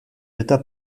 eta